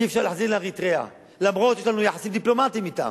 אי-אפשר להחזיר לאריתריאה אף שיש לנו יחסים דיפלומטיים אתם.